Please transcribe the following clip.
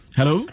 Hello